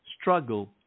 struggle